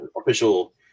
official